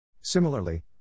Similarly